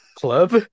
Club